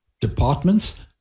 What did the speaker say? departments